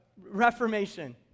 Reformation